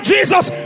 Jesus